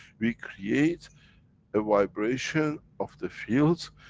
we create a vibration of the fields,